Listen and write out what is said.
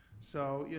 so you